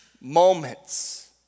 moments